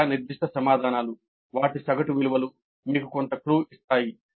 ఇంకా నిర్దిష్ట సమాధానాలు వాటి సగటు విలువలు మీకు కొంత క్లూ ఇస్తాయి